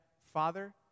Father